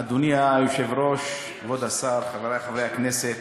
אדוני היושב-ראש, כבוד השר, חברי חברי הכנסת,